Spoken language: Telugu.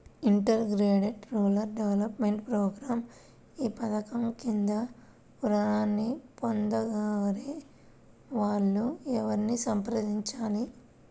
ఇంటిగ్రేటెడ్ రూరల్ డెవలప్మెంట్ ప్రోగ్రాం ఈ పధకం క్రింద ఋణాన్ని పొందగోరే వారు ఎవరిని సంప్రదించాలి?